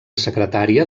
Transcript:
secretària